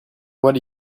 what